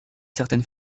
certaine